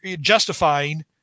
justifying